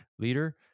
Leader